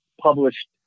published